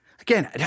again